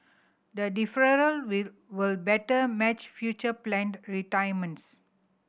the deferral will better match future planned retirements